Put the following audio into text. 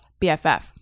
bff